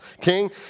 king